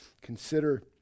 consider